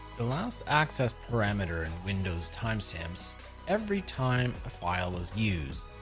the last access parameter in windows timestamps every time a file was used.